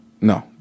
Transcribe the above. No